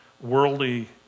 worldly